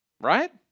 Right